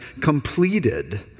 completed